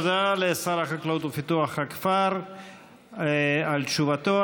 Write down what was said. תודה לשר החקלאות ופיתוח הכפר על תשובתו.